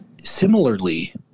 Similarly